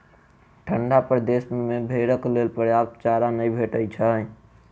ठंढा प्रदेश मे भेंड़क लेल पर्याप्त चारा नै भेटैत छै